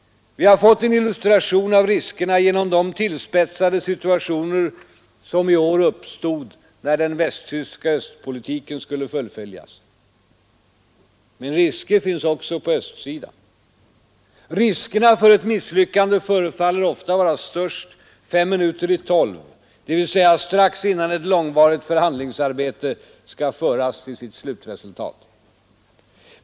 Vi har fått en illustration av riskerna genom de tillspetsade situationer som i år uppstod när den västtyska östpolitiken skulle fullfölj risker finns också på östsidan. Riskerna för ett misslyckande förefaller ofta vara störst fem minuter i tolv, dvs. strax innan ett långvarigt förhandlingsarbete skall föras till sitt slutresultat.